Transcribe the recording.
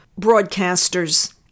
broadcasters